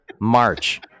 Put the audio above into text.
March